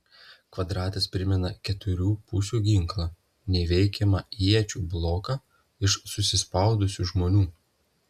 kvadratas primena keturių pusių ginklą neįveikiamą iečių bloką iš susispaudusių žmonių